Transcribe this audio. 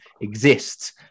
exists